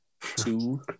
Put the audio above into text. two